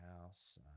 House